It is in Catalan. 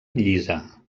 llisa